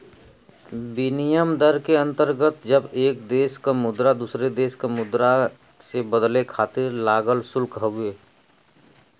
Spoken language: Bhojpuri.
विनिमय दर के अंतर्गत जब एक देश क मुद्रा दूसरे देश क मुद्रा से बदले खातिर लागल शुल्क हउवे